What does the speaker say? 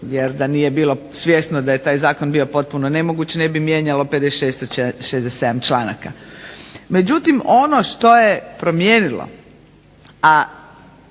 Jer da nije bilo svjesno da je taj zakon bio potpuno nemoguć ne bi mijenjalo 56 od 67 članaka. Međutim, ono što je promijenilo,